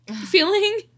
feeling